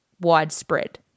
widespread